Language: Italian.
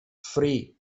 free